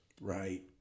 Right